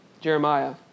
Jeremiah